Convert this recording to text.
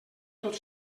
tot